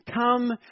Come